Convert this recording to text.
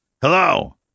Hello